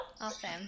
Awesome